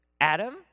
Adam